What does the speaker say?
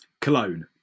Cologne